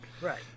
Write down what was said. Right